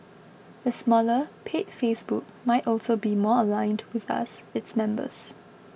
a smaller paid Facebook might also be more aligned with us its members